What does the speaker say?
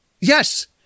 Yes